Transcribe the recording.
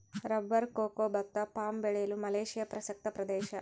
rubber cocoa ಭತ್ತ palm ಬೆಳೆಯಲು Malaysia ಪ್ರಸಕ್ತ ಪ್ರದೇಶ